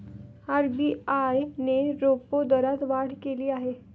RBI ने repo दरात वाढ केली आहे